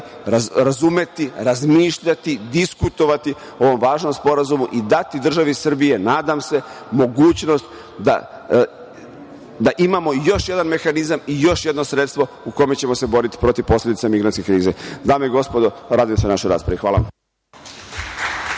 razumeti, razmišljati, diskutovati o ovom važnom sporazumu i dati državi Srbiji mogućnost da imamo još jedan mehanizam i još jedno sredstvo u kome ćemo se boriti protiv posledica migrantske krize. Dame i gospodo, radujem se našoj raspravi. Hvala.